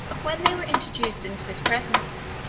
when they were introduced into his presence,